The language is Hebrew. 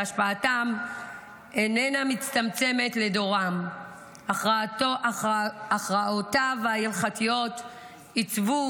שהשפעתם איננה מצטמצמת לדורם --- הכרעותיו ההלכתיות עיצבו